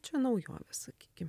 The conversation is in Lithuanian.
čia naujovė sakykim